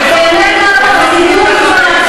כי באמת באנו לעבוד.